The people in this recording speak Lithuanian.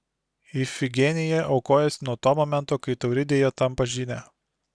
ifigenija aukojasi nuo to momento kai tauridėje tampa žyne